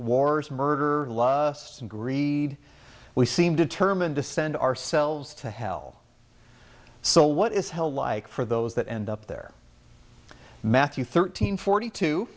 wars murder and greed we seem determined to send our selves to hell so what is hell like for those that end up there matthew thirteen forty two